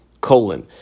Colon